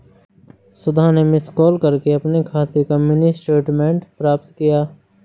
सुधा ने miss call करके अपने खाते का मिनी स्टेटमेंट प्राप्त किया